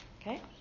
Okay